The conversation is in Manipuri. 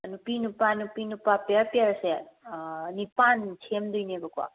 ꯅꯨꯄꯤ ꯅꯨꯄꯥ ꯅꯨꯄꯤ ꯅꯨꯄꯥ ꯄꯤꯌꯔ ꯄꯤꯌꯔꯁꯦ ꯅꯤꯄꯥꯟ ꯁꯦꯝꯒꯗꯣꯏꯅꯦꯕꯀꯣ